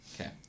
okay